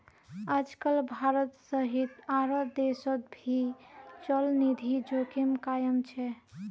आजकल भारत सहित आरो देशोंत भी चलनिधि जोखिम कायम छे